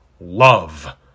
love